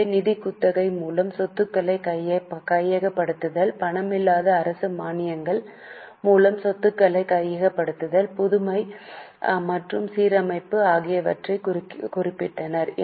எனவே நிதி குத்தகை மூலம் சொத்துக்களை கையகப்படுத்துதல் பணமல்லாத அரசு மானியங்கள் மூலம் சொத்துக்களை கையகப்படுத்துதல் புதுமை மற்றும் மறுசீரமைப்பு ஆகியவற்றைக் குறிப்பிட்டார்